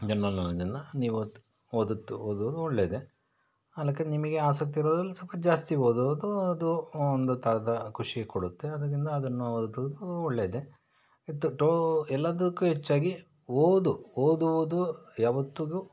general ನಾಲೆಜನ್ನು ನೀವು ಓದಿ ಓದುತ್ತ ಓದುವುದು ಒಳ್ಳೆಯದೇ ಆ ಲೆಕ್ಕ ನಿಮಗೆ ಆಸಕ್ತಿ ಇರೋದ್ರಲ್ಲಿ ಸ್ವಲ್ಪ ಜಾಸ್ತಿ ಓದುವುದು ಅದು ಒಂದು ಥರದ ಖುಷಿ ಕೊಡುತ್ತೆ ಅದರಿಂದ ಅದನ್ನು ಓದೋದು ಒಳ್ಳೆಯದೆ ಎಲ್ಲದಕ್ಕೂ ಹೆಚ್ಚಾಗಿ ಓದು ಓದುವುದು ಯಾವತ್ತಿಗೂ